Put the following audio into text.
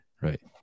right